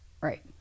Right